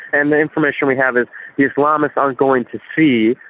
and the information we have is the islamists aren't going to sea,